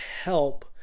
help